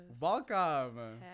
welcome